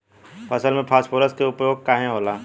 फसल में फास्फोरस के उपयोग काहे होला?